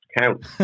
count